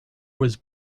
was